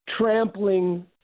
trampling